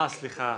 סליחה.